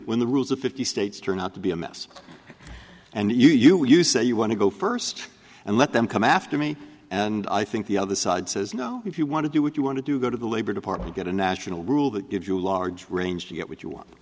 when the rules of fifty states turn out to be a mess and you when you say you want to go first and let them come after me and i think the other side says no if you want to do what you want to do go to the labor department get a national rule that gives you a large range to get what you want